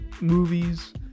movies